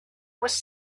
was